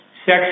Sex